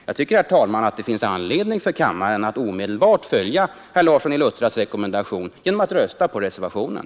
Jag tycker, herr talman, att det då finns anledning för kammaren att omedelbart följa herr Larssons i Luttra rekommendation genom att rösta på reservationen.